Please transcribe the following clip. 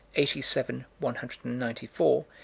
eighty seven one hundred and ninety four,